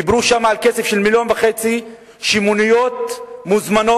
דיברו שם על כסף של 1.5 מיליון, שמוניות מוזמנות